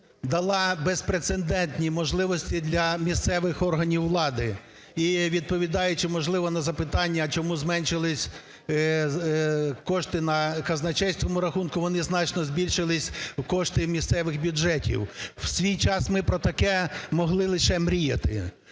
дала безпрецедентні можливості для місцевих органів влади. І відповідаючи, можливо, на запитання, чому зменшилися кошти на казначейському рахунку, вони значно збільшилися, кошти місцевих бюджетів. В свій час ми про таке могли лише мріяти.